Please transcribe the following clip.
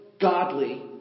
godly